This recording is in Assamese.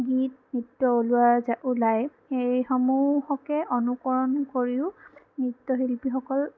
গীত নৃত্য ওলাৱা যায় ওলাই সেইসমূহকে অনুকৰণ কৰিও নৃত্যশিল্পীসকল